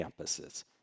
campuses